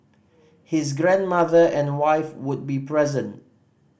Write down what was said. his grandmother and wife would be present